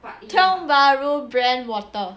tiong bahru brand water